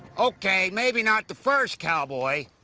ok, maybe not the first cowboy.